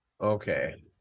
Okay